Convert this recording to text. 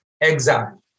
exile